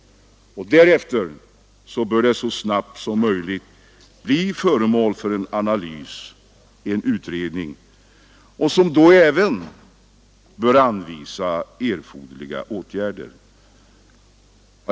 Därefter bör detta så snabbt som möjligt bli föremål för analys av en utredning, som även bör föreslå erforderliga åtgärder.